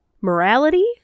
morality